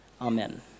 Amen